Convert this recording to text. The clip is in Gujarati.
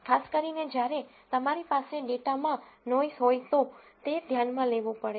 ખાસ કરીને જ્યારે તમારી પાસે ડેટામાં નોઈસ હોય તો તે ધ્યાનમાં લેવું પડે